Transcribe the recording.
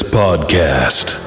podcast